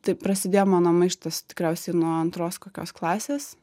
tai prasidėjo mano maištas tikriausiai nuo antros kokios klasės